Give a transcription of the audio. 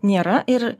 nėra ir